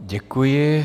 Děkuji.